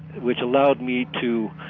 which allowed me to,